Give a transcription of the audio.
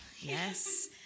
Yes